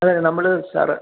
അതെ നമ്മൾ സാറ്